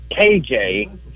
KJ